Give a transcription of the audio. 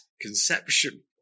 conception